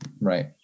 right